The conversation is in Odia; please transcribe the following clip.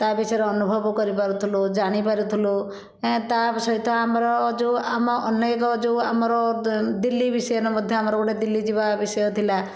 ତା ବିଷୟରେ ଅନୁଭବ କରି ପାରୁଥିଲୁ ଜାଣି ପାରୁଥିଲୁ ତା ସହିତ ଆମର ଯେଉଁ ଆମ ଅନେକ ଯେଉଁ ଆମର ଦିଲ୍ଲୀ ବିଷୟରେ ମଧ୍ୟ ଆମର ଗୋଟିଏ ଦିଲ୍ଲୀ ଯିବା ବିଷୟ ଥିଲା